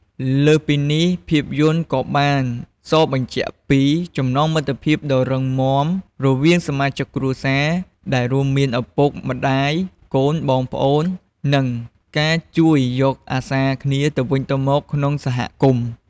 លើសពីនេះ ភាពយន្តក៏បានសបញ្ជាក់ពី ចំណងមិត្តភាពដ៏រឹងមាំរវាងសមាជិកគ្រួសារ ដែលរួមមាន ឪពុកម្តាយ កូន បងប្អូន និង ការជួយយកអាសាគ្នាទៅវិញទៅមកក្នុងសហគមន៍។